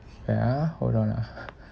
wait ah hold on ah